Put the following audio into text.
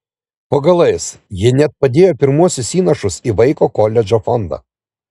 po galais ji net padėjo pirmuosius įnašus į vaiko koledžo fondą